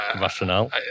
rationale